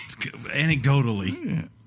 Anecdotally